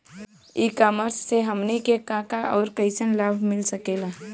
ई कॉमर्स से हमनी के का का अउर कइसन लाभ मिल सकेला?